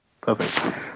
Perfect